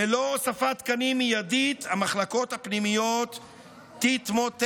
ללא הוספת תקנים מיידית המחלקות הפנימיות תתמוטטנה.